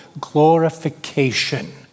glorification